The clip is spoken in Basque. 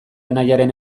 anaiaren